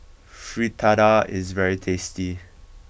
Fritada is very tasty